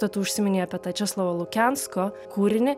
rūta tu užsiminei apie tą česlovo lukensko kūrinį